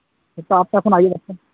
ᱥᱮᱛᱟᱜ ᱟᱴᱼᱴᱟ ᱠᱷᱚᱱᱟᱜ ᱟᱹᱭᱩᱵ ᱟᱴᱼᱴᱟ